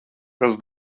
kas